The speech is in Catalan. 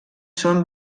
són